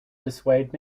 dissuade